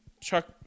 Chuck